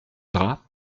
drap